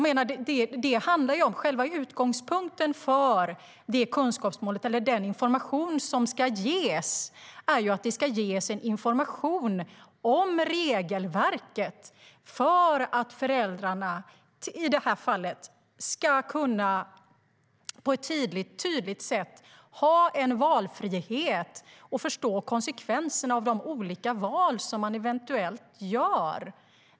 Målet är att information ska ges om regelverket så att föräldrarna på ett tydligt sätt ska ha en valfrihet och förstå konsekvenserna av de val de eventuellt gör.